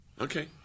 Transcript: Okay